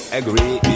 agree